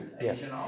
yes